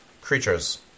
creatures